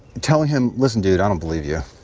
telling him listen, dude, i don't believe you.